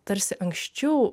tarsi anksčiau